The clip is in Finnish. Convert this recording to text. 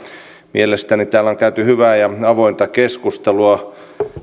mielestäni täällä on käyty hyvää ja avointa keskustelua